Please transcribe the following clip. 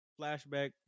flashback